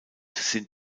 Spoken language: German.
sind